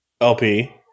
LP